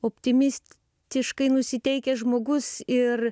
optimist tiškai nusiteikęs žmogus ir